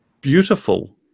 beautiful